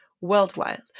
worldwide